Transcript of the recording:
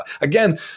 again